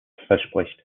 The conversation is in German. verspricht